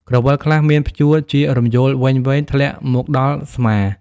ក្រវិលខ្លះមានព្យួរជារំយោលវែងៗធ្លាក់មកដល់ស្មា។